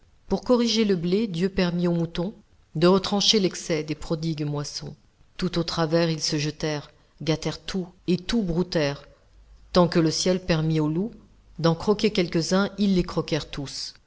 pour corriger le blé dieu permit aux moutons de retrancher l'excès des prodigues moissons tout au travers ils se jetèrent gâtèrent tout et tout broutèrent tant que le ciel permit aux loups d'en croquer quelques-uns ils les croquèrent tous